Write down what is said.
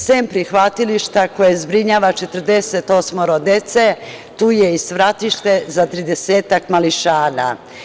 Sem prihvatilišta, koje zbrinjava 48 dece, tu je i svratište za tridesetak mališana.